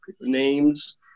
names